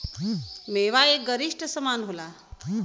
मेवा एक गरिश्ट समान होला